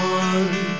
one